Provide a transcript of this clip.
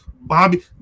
Bobby